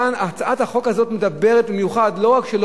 הצעת החוק הזאת מדברת במיוחד על כך שלא